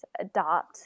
adopt